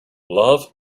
love